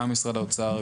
גם משרד האוצר,